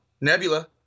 Nebula